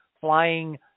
flying